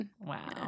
Wow